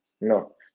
No